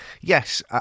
yes